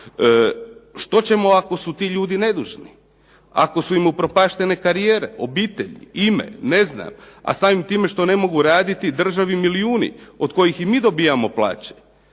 Što ćemo ako su ti ljudi nedužni? Ako su im upropaštene karijere, obitelji, ime? Ne znam. A samim time što ne mogu raditi državi milijuni od kojih i mi dobijamo plaće.